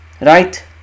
right